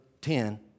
ten